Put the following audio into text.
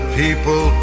people